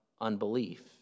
unbelief